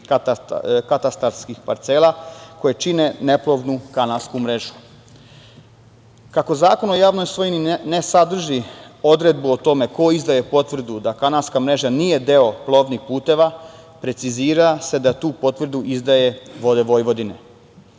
katastarskih parcela, koje čine neplovnu kanalsku mrežu. Kako Zakon o javnoj svojini ne sadrži odredbu o tome ko izdaje potvrdu da kanalska mreža nije deo plovnih puteva, precizira se da tu potvrdu izdaje "Vode Vojvodine".Kada